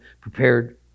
prepared